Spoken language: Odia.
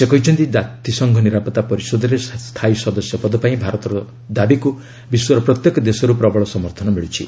ସେ କହିଛନ୍ତି ଜାତିସଂଘ ନିରାପତ୍ତା ପରିଷଦରେ ସ୍ଥାୟୀ ସଦସ୍ୟ ପଦ ପାଇଁ ଭାରତର ଦାବିକୁ ବିଶ୍ୱର ପ୍ରତ୍ୟେକ ଦେଶରୁ ପ୍ରବଳ ସମର୍ଥନ ମିଳୁଛି